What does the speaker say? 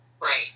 Right